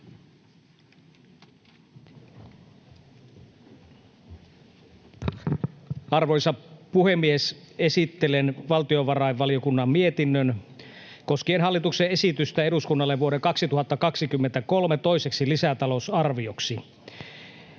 Arvoisa puhemies! Esittelen valtiovarainvaliokunnan mietinnön koskien hallituksen esitystä eduskunnalle vuoden 2023 toiseksi lisätalousarvioksi.